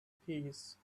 peace